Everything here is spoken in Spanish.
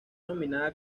nominada